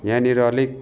यहाँनिर अलिक